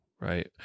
right